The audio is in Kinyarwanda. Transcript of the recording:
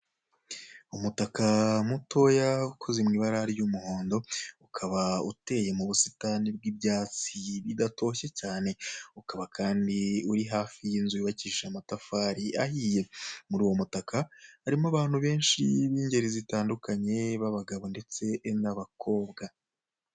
Umutaka mutoya ukoze mwibara ry'umuhondo ukaba uteye mubusitani bwibyatsi bidatoshye cyane ukaba kandi uri hafi yinzu yubakishije amatafari ahiye muruwo mutaka harimo abantu benshi bingeri zitandukanye babagabo ndetse nabakobwa.